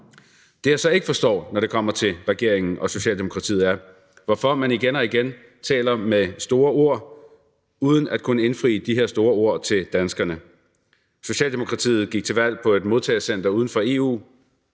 Det, jeg så ikke forstår, når det kommer til regeringen og Socialdemokratiet, er, hvorfor man igen og igen bruger store ord over for danskerne uden at kunne omsætte de store ord til handling. Socialdemokratiet gik til valg på et modtagecenter uden for EU.